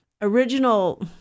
original